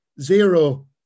zero